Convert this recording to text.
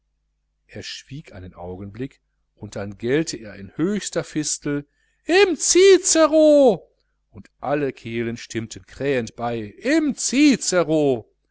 er einen augenblick dann gellte er in höchster fistel im cicero und alle kehlen stimmten krähend bei im cicero